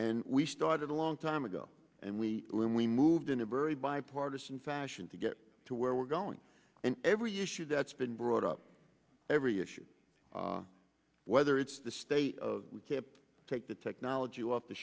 and we started a long time ago and we when we moved in a very bipartisan fashion to get to where we're going and every issue that's been brought up every issue whether it's the state of we can take the technology off the